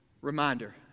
reminder